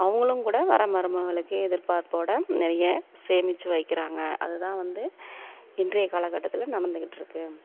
அவங்களும் கூட வர மருமகளுக்கு எதிர்பார்ப்போடு நிறைய சேமித்து வைக்கிறாங்க அது தான் வந்து இன்றைய காலக்கட்டத்தில் நடந்துக்கிட்டு இருக்குது